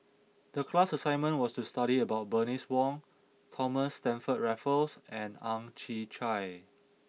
the class assignment was to study about Bernice Wong Thomas Stamford Raffles and Ang Chwee Chai